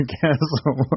castle